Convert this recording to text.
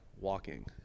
walking